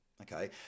Okay